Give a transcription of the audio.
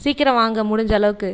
சீக்கிரம் வாங்க முடிஞ்சளவுக்கு